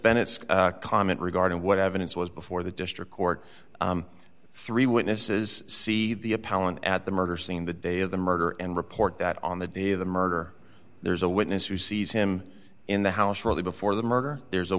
bennett's comment regarding what evidence was before the district court three witnesses see the palin at the murder scene the day of the murder and report that on the day of the murder there's a witness who sees him in the house shortly before the murder there's a